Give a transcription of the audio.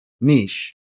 niche